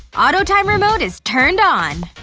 auto timer mode is turned on!